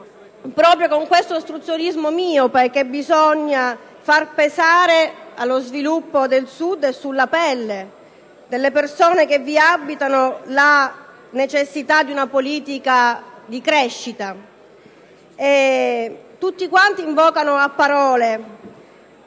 proprio con questo ostruzionismo miope che bisogna far pesare allo sviluppo del Sud e alla pelle delle persone che vi abitano la necessità di una politica di crescita. Tutti invocano a parole